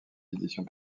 éditions